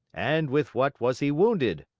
and with what was he wounded?